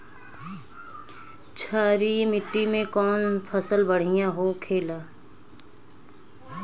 क्षारीय मिट्टी में कौन फसल बढ़ियां हो खेला?